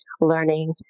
learning